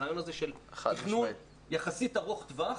הרעיון הזה של תכנון יחסית ארוך טווח,